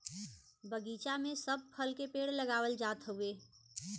बगीचा में सब फल के पेड़ लगावल जात हउवे